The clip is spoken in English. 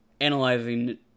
analyzing